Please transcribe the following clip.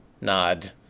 Nod